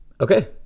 Okay